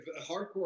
hardcore